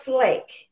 Flake